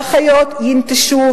והאחיות ינטשו,